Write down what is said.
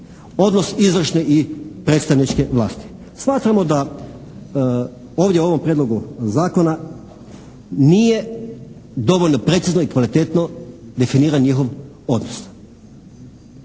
Odnos izvršne i predstavničke vlasti. Smatramo da ovdje u ovom prijedlogu zakona nije dovoljno precizno i kvalitetno definiran njihov odnos.